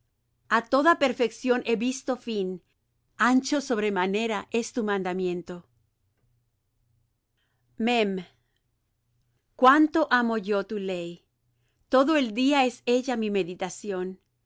a toda perfección he visto fin ancho sobremanera es tu mandamiento cuánto amo yo tu ley todo el día es ella mi meditación